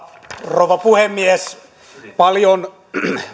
rouva puhemies paljon